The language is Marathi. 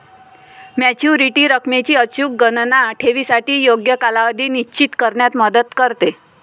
मॅच्युरिटी रकमेची अचूक गणना ठेवीसाठी योग्य कालावधी निश्चित करण्यात मदत करते